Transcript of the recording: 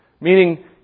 meaning